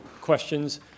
questions